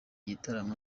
gitaramo